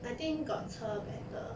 I think got 车 better